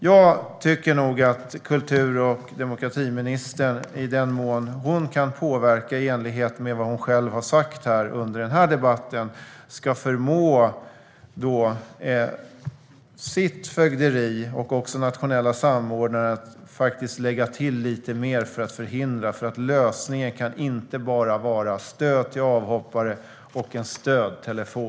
Jag tycker nog att kultur och demokratiministern i den mån hon kan, i enlighet med vad hon själv har sagt under denna debatt, ska förmå sitt fögderi och den nationella samordnaren att lägga till lite mer för att förhindra. Lösningen kan inte bara vara stöd till avhoppare och en stödtelefon.